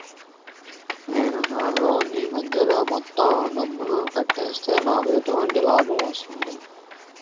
నేను నా లోన్ నీ మధ్యలో మొత్తం డబ్బును కట్టేస్తే నాకు ఎటువంటి లాభం వస్తుంది?